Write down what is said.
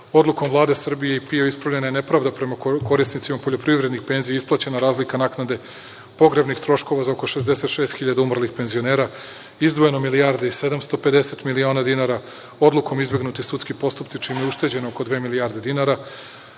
Odlukom Vlade Srbije i PIO ispravljena je nepravda prema korisnicima poljoprivrednih penzija. Isplaćena je razlika naknade pogrebnih troškova za oko 66.000 umrlih penzionera. Izdvojeno je 1.750 miliona dinara odlukom. Izbegnuti su sudski postupci čime je ušteđeno oko dve milijarde dinara.